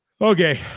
Okay